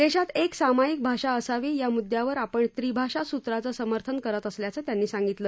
देशात एक सामायिक भाषा असावी या मुदयावर आपण त्रिभाषा सूत्राचं समर्थन करत असल्याचं त्यांनी सांगितलं